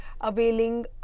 availing